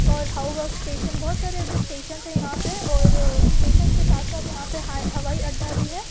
और हाऊवाग इस्टेशन बहुत सारे ऐसे इस्टेशंस हैं यहाँ पर और इस्टेशंस के साथ साथ यहाँ पर हवाई अड्डा भी है